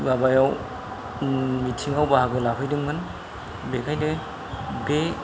माबायाव मिटिङाव बाहागो लाफैदोंमोन बेखायनो बे